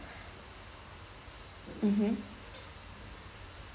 mmhmm